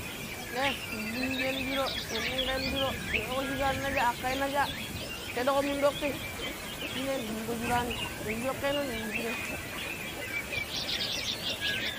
ne we shi munjeno shuro, we shi munkeno shuro ni weko shick an naja akar yu naja teƙƙiko mun dokki, shinen dungo shurani we shi shocke nonun yu shurai.